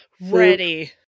Ready